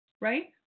right